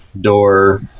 door